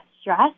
stress